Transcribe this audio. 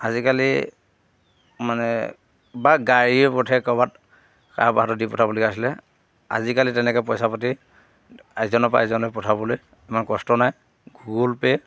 আজিকালি মানে বা গাড়ীৰ পথে ক'ৰবাত কাৰোবাৰ হাতত দি পঠাবলগীয়া হৈছিলে আজিকালি তেনেকৈ পইচা পাতি এজনৰ পৰা এজনে পঠাবলৈ ইমান কষ্ট নাই গুগল পে'